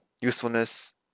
usefulness